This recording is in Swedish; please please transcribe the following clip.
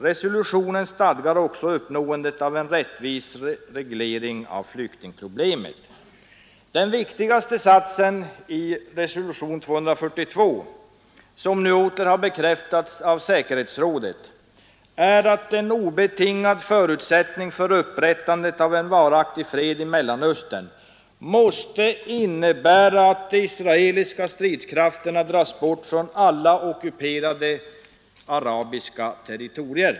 Resolutionen stadgar också uppnåendet av en rättvis reglering av flyktingproblemet. Den viktigaste satsen i resolutionen 242, som nu åter har bekräftats av säkerhetsrådet, är att en obetingad förutsättning för upprättandet av en varaktig fred i Mellanöstern måste vara att de israeliska stridskrafterna dras bort från alla ockuperade arabiska territorier.